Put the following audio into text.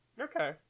Okay